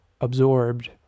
absorbed